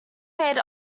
made